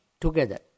together